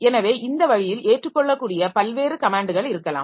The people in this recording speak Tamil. எனவே இந்த வழியில் ஏற்றுக்கொள்ளக்கூடிய பல்வேறு கமேன்ட்கள் இருக்கலாம்